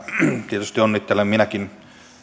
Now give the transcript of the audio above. tietysti onnittelen minäkin